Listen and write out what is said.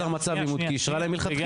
לא נוצר מצב עימות כי היא אישרה להם מלכתחילה.